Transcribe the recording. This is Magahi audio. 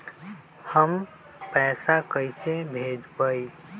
हम पैसा कईसे भेजबई?